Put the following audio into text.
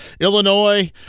Illinois